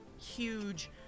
huge